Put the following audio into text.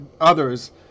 others